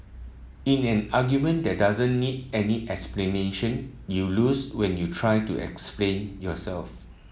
in an argument that doesn't need any explanation you lose when you try to explain yourself